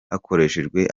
hakoreshejwe